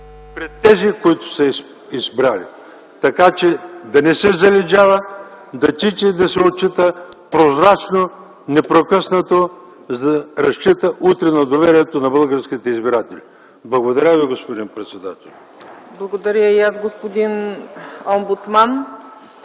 пред тези, които са я избрали. Така, че да не се залежава, да тича и да се отчита прозрачно, непрекъснато, за да разчита утре на доверието на българските избиратели. Благодаря Ви, господин председателю. ПРЕДСЕДАТЕЛ ЦЕЦКА ЦАЧЕВА: Благодаря и аз, господин омбудсман.